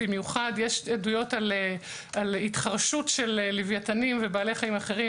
במיוחד יש עדויות על התחרשות של לוויתניים ובעלי חיים אחרים,